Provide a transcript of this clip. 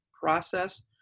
process